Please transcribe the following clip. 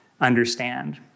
understand